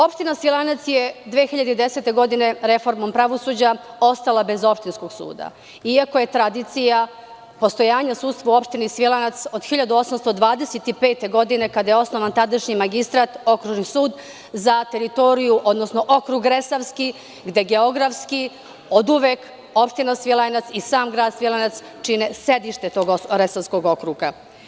Opština Svilajnac je 2010. godine reformom pravosuđa ostala bez opštinskog suda iako je tradicija postojanja sudstva u opštini Svilajnac, od 1825. godine, kada je osnovan tadašnji magistrat okružni sud za teritoriju, odnosno okrug Resavski, gde geografski oduvek opština Svilajnac i sam grad Svilajnac čine sedište tog Resavskog okruga.